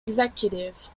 executive